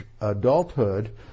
adulthood